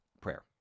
Prayer